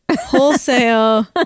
wholesale